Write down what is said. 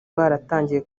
baratangiye